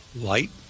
light